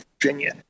Virginia